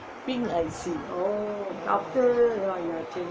pink I_C